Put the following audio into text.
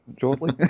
shortly